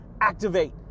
Activate